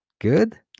good